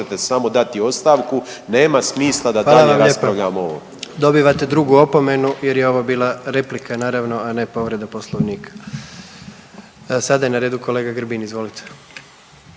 Gordan (HDZ)** Hvala vam lijepa. Dobivate drugu opomenu jer je ovo bila replika, naravno, a ne povreda Poslovnika. Sada je na redu kolega Grbin, izvolite.